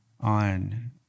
on